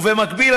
ובמקביל,